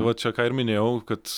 va čia ką ir minėjau kad